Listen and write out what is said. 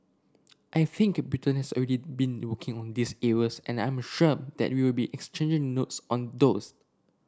I think Britain has already been working on these areas and I'm sure that we'll be exchanging notes on those